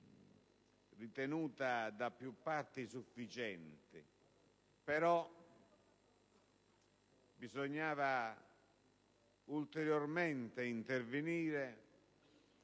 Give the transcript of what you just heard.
ritenuta da più parti sufficiente. Tuttavia, bisognava ulteriormente intervenire,